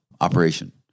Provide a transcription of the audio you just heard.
operation